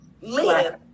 live